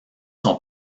son